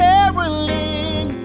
Caroling